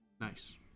Nice